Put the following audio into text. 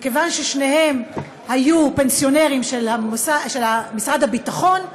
כיוון ששניהם היו פנסיונרים של משרד הביטחון,